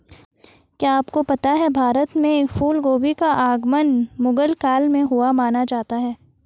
क्या आपको पता है भारत में फूलगोभी का आगमन मुगल काल में हुआ माना जाता है?